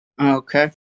Okay